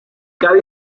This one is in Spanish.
cada